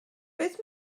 beth